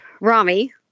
Rami